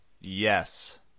Yes